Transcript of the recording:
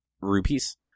rupees